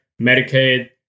Medicaid